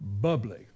bubbly